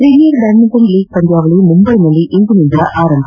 premier badminton league ಪಂದ್ಯಾವಳಿ ಮುಂಬೈನಲ್ಲಿ ಇಂದಿನಿಂದ ಆರಂಭ